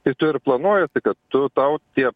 tai tu ir planuojiesi kad tu tau tie